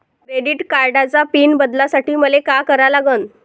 Credit कार्डाचा pin बदलासाठी मले का करा लागन?